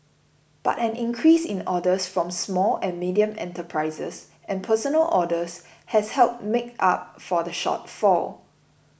but an increase in orders from small and medium enterprises and personal orders has helped make up for the shortfall